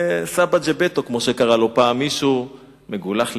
סבא ג'פטו כמו שקרא לו פעם מישהו, מגולח למשעי,